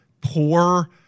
poor